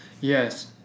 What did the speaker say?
Yes